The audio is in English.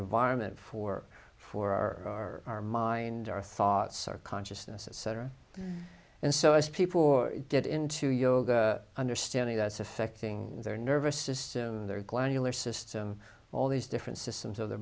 environment for for or our minds our thoughts our consciousness etc and so as people get into your understanding that's affecting their nervous system their glandular system all these different systems of their